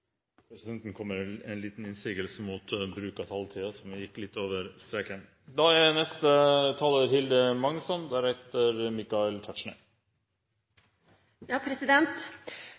Presidenten kom med en liten innsigelse mot bruk av taletiden, som gikk litt over streken!